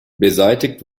beseitigt